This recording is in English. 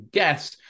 guest